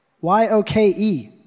Y-O-K-E